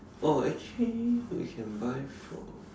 oh actually we can buy from